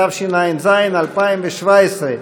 התשע"ז 2017,